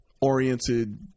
oriented